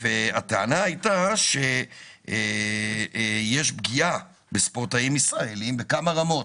הטענה הייתה שיש פגיעה בספורטאים ישראלים בכמה רמות: